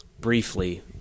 Briefly